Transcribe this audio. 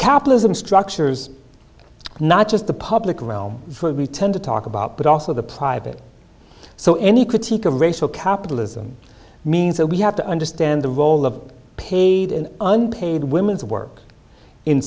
capitalism structures not just the public realm for return to talk about but also the private so any critique of racial capitalism means that we have to understand the role of paid and unpaid women's work in